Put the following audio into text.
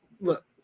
Look